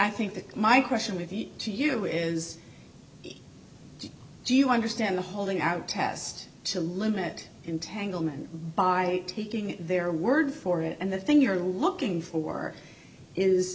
i think that my question would be to you is do you understand the holding out test to limit entanglement by taking their word for it and the thing you're looking for is